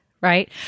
right